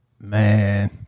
Man